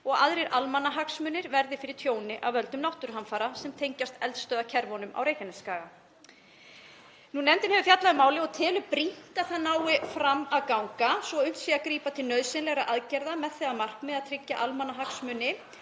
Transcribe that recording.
og aðrir almannahagsmunir verði fyrir tjóni af völdum náttúruhamfara sem tengjast eldstöðvakerfunum á Reykjanesskaga. Nefndin hefur fjallað um málið og telur brýnt að það nái fram að ganga svo unnt sé að grípa til nauðsynlegra aðgerða með það að markmiði að tryggja almannahagsmuni